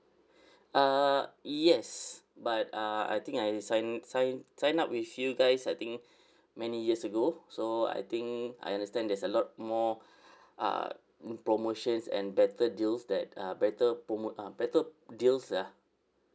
uh yes but uh I think I signed signed signed up with you guys I think many years ago so I think I understand there's a lot more uh promotions and better deals that are better promote uh better deals lah